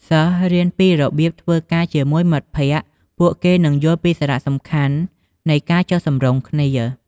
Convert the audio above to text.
សិស្សរៀនពីរបៀបធ្វើការជាមួយមិត្តភក្តិ ពួកគេនឹងយល់ពីសារៈសំខាន់នៃការចុះសម្រុងគ្នា។